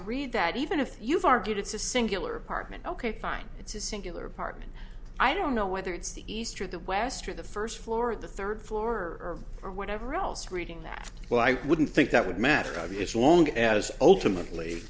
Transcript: read that even if you've argued it's a singular apartment ok fine it's a singular apartment i don't know whether it's the east or the west or the first floor the third floor or whatever else reading that well i wouldn't think that would matter i mean it's long as ultimately